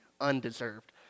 undeserved